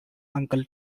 uncle